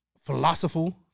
philosophical